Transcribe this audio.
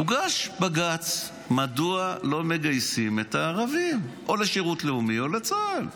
הוגש בג"ץ: מדוע לא מגייסים את הערבים או לשירות לאומי או לצה"ל?